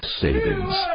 savings